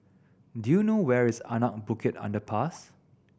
do you know where is Anak Bukit Underpass